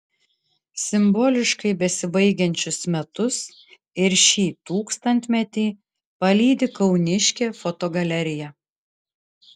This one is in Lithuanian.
simboliškai besibaigiančius metus ir šį tūkstantmetį palydi kauniškė fotogalerija